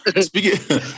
Speaking